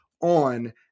on